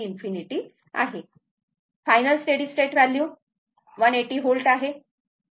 final steady state value 180 volt आहे